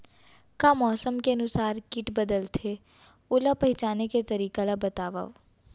का मौसम के अनुसार किट बदलथे, ओला पहिचाने के तरीका ला बतावव?